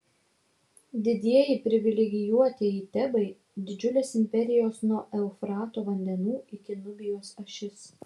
didieji privilegijuotieji tebai didžiulės imperijos nuo eufrato vandenų iki nubijos ašis